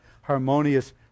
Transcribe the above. harmonious